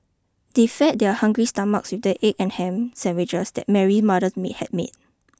they fed their hungry stomachs with the egg and ham sandwiches that Mary mothers may had made